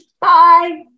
bye